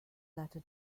latter